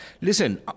Listen